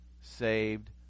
saved